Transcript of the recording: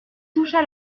toucha